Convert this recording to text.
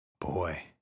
Boy